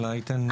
אלא אתן נתונים.